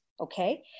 okay